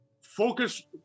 Focus